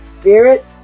spirit